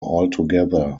altogether